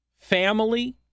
family